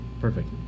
perfect